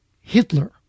Hitler